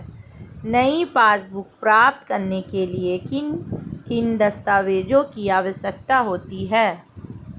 नई पासबुक प्राप्त करने के लिए किन दस्तावेज़ों की आवश्यकता होती है?